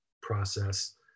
process